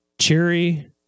Cherry